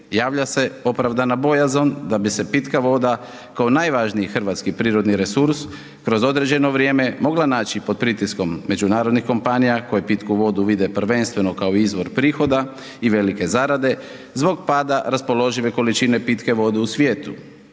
javlja se opravdana bojazan da bi se pitka voda kao najvažniji hrvatski prirodni resurs kroz određeno vrijeme mogla naći pod pritiskom međunarodnih kompanija koje pitku vodu vide prvenstveno kao izvor prihoda i velike zarade zbog pada raspoložive količine pitke vode u svijetu